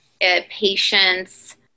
patients